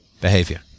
behavior